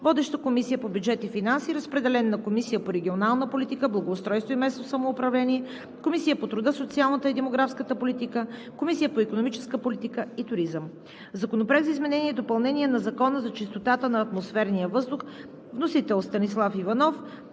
Водеща е Комисията по бюджет и финанси. Разпределен е на Комисията по регионална политика, благоустройство и местно самоуправление, Комисията по труда, социалната и демографската политика, Комисията по икономическа политика и туризъм. Законопроект за изменение и допълнение на Закона за чистота на атмосферния въздух. Вносител – народният